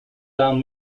down